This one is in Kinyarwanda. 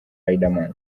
riderman